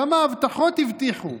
כמה הבטחות הבטיחו,